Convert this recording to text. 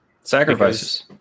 Sacrifices